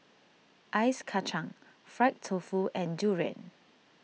Ice Kachang Fried Tofu and Durian